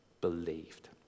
believed